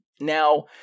Now